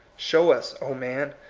show us, o man!